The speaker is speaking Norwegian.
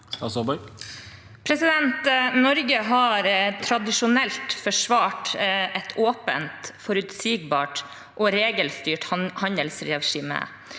Norge har tradi- sjonelt forsvart et åpent, forutsigbart og regelstyrt handelsregime.